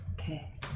Okay